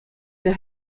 der